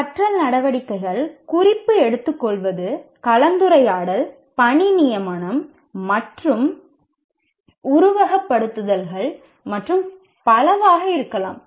இந்த கற்றல் நடவடிக்கைகள் குறிப்பு எடுத்துக்கொள்வது கலந்துரையாடல் பணி நியமனம் மற்றும் உருவகப்படுத்துதல்கள் மற்றும் பலவாக இருக்கலாம்